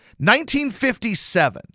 1957